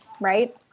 right